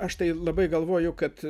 aš tai labai galvoju kad